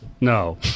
No